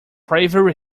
bravery